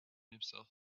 himself